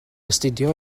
astudio